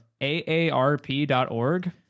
aarp.org